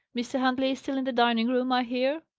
mr. huntley is still in the dining-room, i hear?